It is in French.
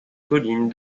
colline